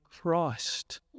Christ